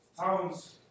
towns